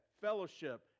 fellowship